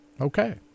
Okay